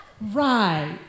Right